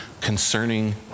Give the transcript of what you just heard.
concerning